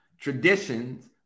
Traditions